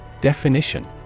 Definition